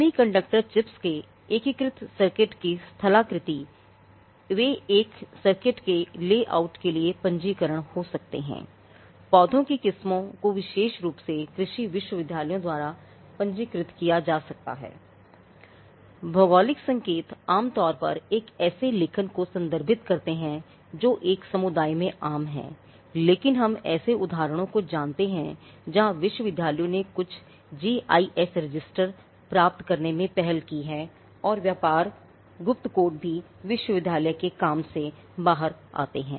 semiconductor chips के एकीकृत circuit की स्थलाकृति प्राप्त करने में पहल की है और व्यापार गुप्त कोड भी विश्वविद्यालय के काम से बाहर आते हैं